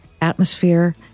atmosphere